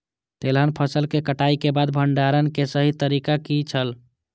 तेलहन फसल के कटाई के बाद भंडारण के सही तरीका की छल?